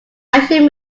action